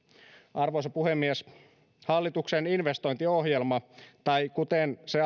arvoisa puhemies hallituksen investointiohjelma tai kuten se